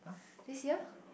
this year